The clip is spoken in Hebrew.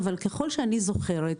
אבל ככל שאני זוכרת,